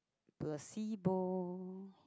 placebo